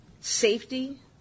safety